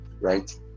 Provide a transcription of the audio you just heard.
right